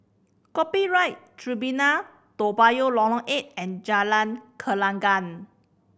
Copyright Tribunal Toa Payoh Lorong Eight and Jalan Gelenggang